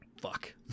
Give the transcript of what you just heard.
Fuck